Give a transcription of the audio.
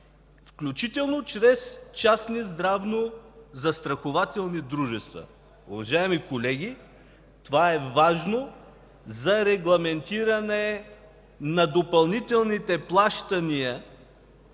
включително чрез частни здравнозастрахователни дружества. Уважаеми колеги, това е важно за регламентиране на допълнителните плащания,